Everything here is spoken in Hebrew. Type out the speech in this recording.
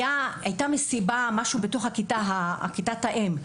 הייתה מסיבה בכיתת האם,